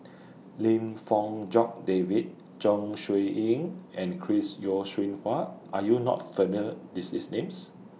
Lim Fong Jock David Zeng Shouyin and Chris Yeo Siew Hua Are YOU not familiar These Names